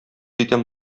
итәм